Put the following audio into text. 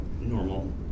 normal